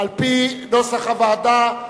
על-פי נוסח הוועדה.